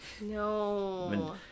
No